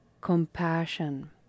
compassion